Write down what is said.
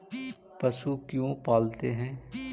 पशु क्यों पालते हैं?